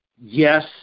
yes